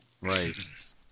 Right